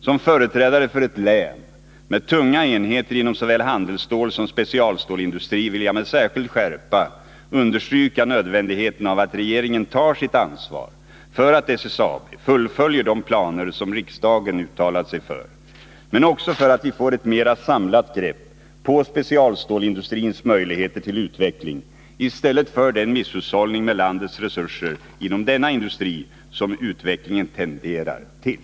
Som företrädare för ett län med tunga enheter inom såväl handelsståls-, som specialstålsindustri vill jag med särskild skärpa understryka nödvändigheten av att regeringen tar sitt ansvar för att SSAB fullföljer de planer som riksdagen uttalat sig för, men också för att vi får ett mera samlat grepp på specialstålsindustrins möjligheter till utveckling i stället för den misshushållning med landets resurser inom denna industri som utvecklingen tenderar till.